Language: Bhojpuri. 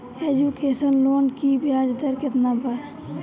एजुकेशन लोन की ब्याज दर केतना बा?